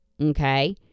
okay